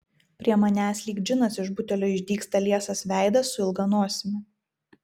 prie manęs lyg džinas iš butelio išdygsta liesas veidas su ilga nosimi